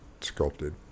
sculpted